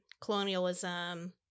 Colonialism